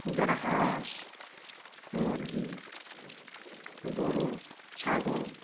যারা হাঁস মুরগি গরু ছাগল